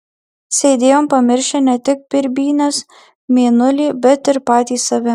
sėdėjom pamiršę ne tik birbynes mėnulį bet ir patys save